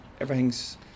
everything's